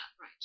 right